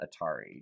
Atari